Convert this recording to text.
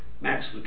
Max